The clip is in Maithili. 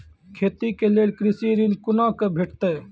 खेती के लेल कृषि ऋण कुना के भेंटते?